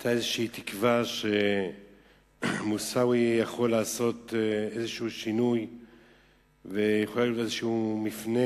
היתה איזו תקווה שמוסאווי יוכל לעשות איזה שינוי ויחולל איזה מפנה,